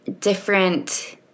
different